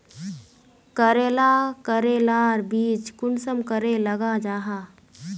करेला करेलार बीज कुंसम करे लगा जाहा?